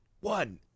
One